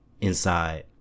inside